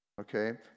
okay